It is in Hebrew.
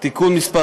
(תיקון מס'